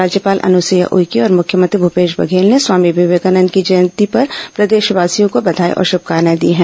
राज्यपाल अनुसुईया उइके और मुख्यमंत्री भूपेश बधेल ने स्वामी विवेकानंद की जयंती प्रदेशवासियों को बघाई और शुभकामनाएँ दी हैं